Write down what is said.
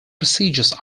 procedures